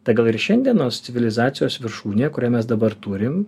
tai gal ir šiandienos civilizacijos viršūnė kurią mes dabar turim